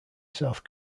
south